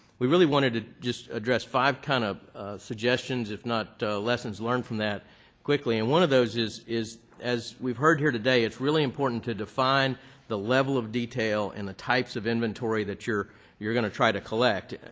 we really wanted to just address five kinds kind of of suggestions if not lessons learned from that quickly and one of those is is as we've heard here today, it's really important to define the level of detail and the types of inventory that you're you're going to try to collect.